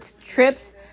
trips